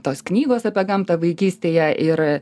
tos knygos apie gamtą vaikystėje ir